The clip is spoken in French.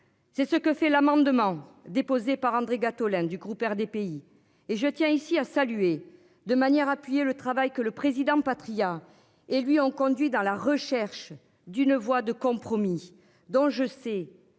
C'est ce que fait l'amendement déposé par André Gattolin du groupe RDPI et je tiens ici à saluer de manière appuyée le travail que le président Patriat et lui ont conduit dans la recherche d'une voie de compromis dont je sais